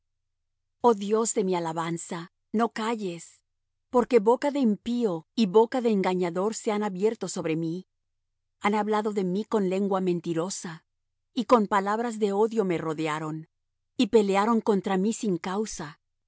oh dios de mi alabanza no calles porque boca de impío y boca de engañador se han abierto sobre mí han hablado de mí con lengua mentirosa y con palabras de odio me rodearon y pelearon contra mí sin causa